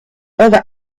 other